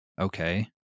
okay